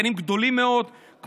שחקנים גדולים מאוד,